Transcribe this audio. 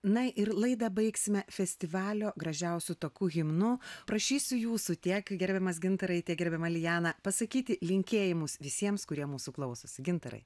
na ir laidą baigsime festivalio gražiausiu taku himnu prašysiu jūsų tiek gerbiamas gintarai tiek gerbiama lijana pasakyti linkėjimus visiems kurie mūsų klausosi gintarai